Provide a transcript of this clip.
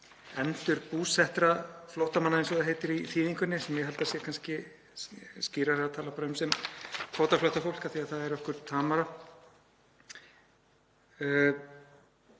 endurbúsettra flóttamanna, eins og það heitir í þýðingunni, sem ég held að sé kannski skýrara að tala bara um sem kvótaflóttafólk af því að það er okkur tamara.